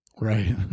Right